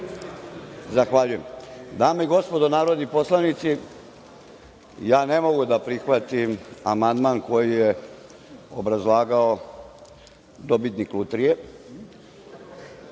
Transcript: …Zahvaljujem. Dame i gospodo narodni poslanici, ja ne mogu da prihvatim amandman koji je obrazlagao dobitnik lutrije,